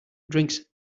drinks